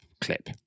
clip